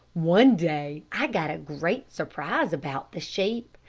one day i got a great surprise about the sheep.